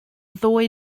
ddwy